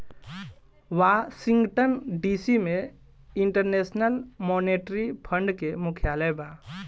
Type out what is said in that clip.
Washington DC में international monetary fund के मुख्यालय बा